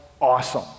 awesome